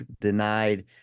denied